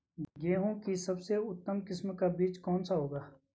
गेहूँ की सबसे उत्तम किस्म का बीज कौन सा होगा?